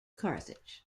carthage